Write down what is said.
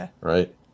right